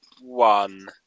one